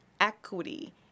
equity